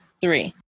three